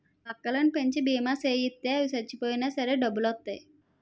బక్కలను పెంచి బీమా సేయిత్తే అవి సచ్చిపోయినా సరే డబ్బులొత్తాయి